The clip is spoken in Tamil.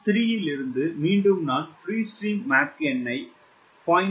3 இலிருந்து மீண்டும் நான் பிரீ ஸ்ட்ரீம் மாக் எண்னை 0